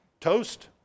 toast